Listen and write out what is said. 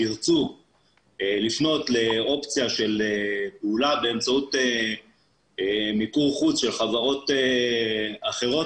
שירצו לפנות לאופציה של פעולה באמצעות מיקור חוץ של חברות אחרות